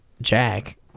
Jack